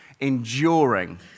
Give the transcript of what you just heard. enduring